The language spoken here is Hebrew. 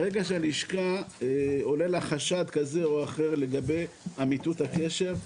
ברגע שהלשכה עולה לה חשד כזה או אחר לגבי אמיתות הקשר,